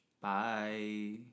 Bye